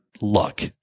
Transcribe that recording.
luck